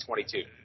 2022